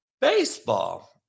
Baseball